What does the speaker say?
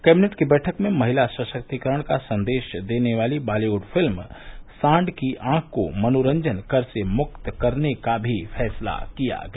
cabinet की बैठक में महिला सशक्तिकरण का संदेश देने वाली बॉलीवुड फिल्म सांड की आंख को मनोरंजन कर से मुक्त करने का भी फैसला किया गया